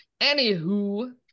Anywho